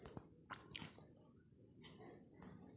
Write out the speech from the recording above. प्रॉपर्टीत निवेश करवार बाद मिलने वाला रीटर्न बेसी रह छेक